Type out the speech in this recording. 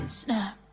snap